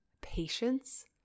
patience